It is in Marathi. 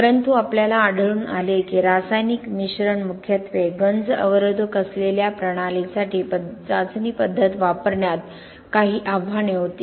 परंतु आपल्याला आढळून आले की रासायनिक मिश्रण मुख्यत्वे गंज अवरोधक असलेल्या प्रणालींसाठी चाचणी पद्धत वापरण्यात काही आव्हाने होती